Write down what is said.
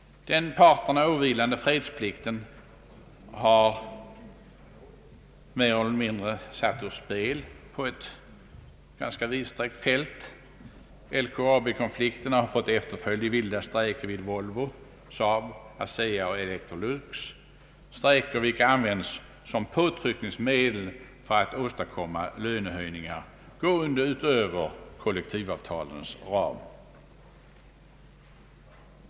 Den parterna åvilande fredsplikten har mer eller mindre satts ur spel på ett ganska vidsträckt fält. LKAB-konflikten har fått efterföljd i vilda strejker vid Volvo, Saab, ASEA och Elektrolux, strejker vilka använts som påtryckningsmedel för att åstadkomma lönehöjningar utöver kollektivavtalens ram.